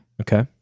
Okay